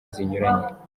zinyuranye